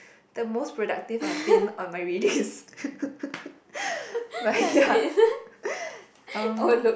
the most productive I've been on my readings but ya um